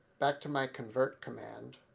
back to my convert command,